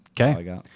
Okay